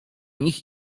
nich